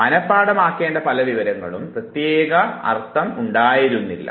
മനഃപാഠമാക്കേണ്ട പല വിവരങ്ങൾക്കും പ്രത്യേക അർത്ഥം ഉണ്ടായിരുന്നില്ല